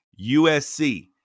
USC